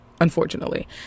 Unfortunately